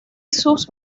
sus